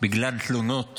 בגלל תלונות